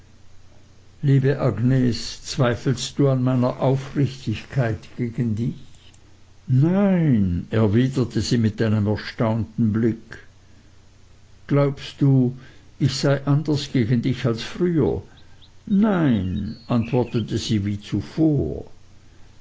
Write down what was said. liebe agnes zweifelst du an meiner aufrichtigkeit gegen dich nein erwiderte sie mit einem erstaunten blick glaubst du ich sei anders gegen dich als früher nein antwortete sie wie zuvor